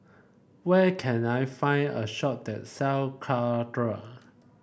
where can I find a shop that sell Caltrate